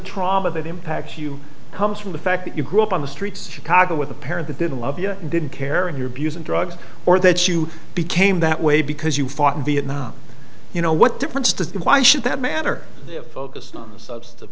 trauma that impacts you comes from the fact that you grew up on the streets of chicago with a parent that didn't love you and didn't care if you're abusing drugs or that you became that way because you fought in vietnam you know what difference does that why should that matter focused on the substance of